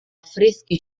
affreschi